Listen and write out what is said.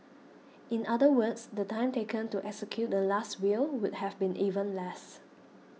in other words the time taken to execute the Last Will would have been even less